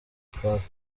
prof